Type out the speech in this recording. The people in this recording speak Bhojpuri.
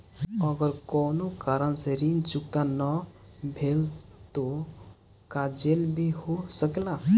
अगर कौनो कारण से ऋण चुकता न भेल तो का जेल भी हो सकेला?